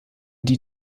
die